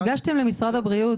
האם הגשתם למשרד הבריאות,